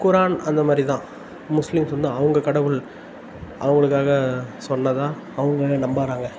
குரான் அந்த மாதிரி தான் முஸ்லிம்ஸ் வந்து அவங்க கடவுள் அவங்களுக்காக சொன்னதாக அவங்க நம்பகிறாங்க